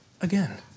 again